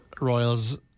royals